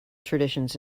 traditions